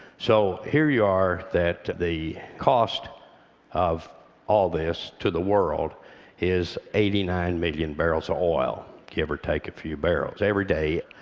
so here you are, that the cost of all this to the world is eighty nine million barrels of oil, give or take a few barrels, every day.